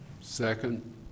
Second